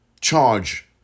charge